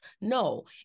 No